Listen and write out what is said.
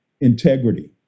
integrity